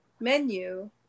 menu